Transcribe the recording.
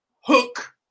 Hook